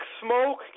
smoke